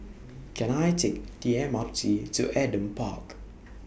Can I Take The M R T to Adam Park